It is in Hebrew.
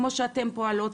כמו שאתן פועלות